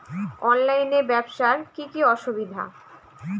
অনলাইনে ব্যবসার কি কি অসুবিধা?